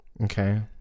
Okay